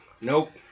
Nope